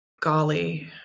golly